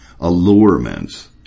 allurements